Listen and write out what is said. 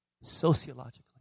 sociologically